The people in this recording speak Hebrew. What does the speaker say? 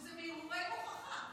שזה מהרהורי מוחך,